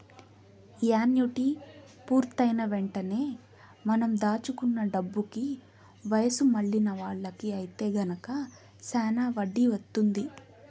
annuity పూర్తయిన వెంటనే మనం దాచుకున్న డబ్బుకి వయసు మళ్ళిన వాళ్ళకి ఐతే గనక శానా వడ్డీ వత్తుంది